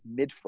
midfoot